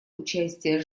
участие